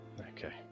okay